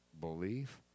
belief